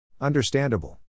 Understandable